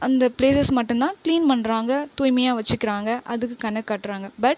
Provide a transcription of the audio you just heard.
அந்த பிளேசஸ் மட்டும் தான் கிளீன் பண்ணுறாங்க தூய்மையாக வச்சுக்கிறாங்கள் அதுக்கு கணக்கு காட்டுறாங்க பட்